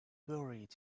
buried